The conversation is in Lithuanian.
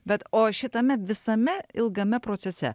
bet o šitame visame ilgame procese